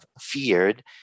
feared